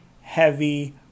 heavy